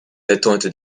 attentes